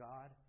God